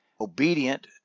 obedient